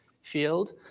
field